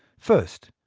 first,